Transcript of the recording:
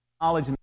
knowledge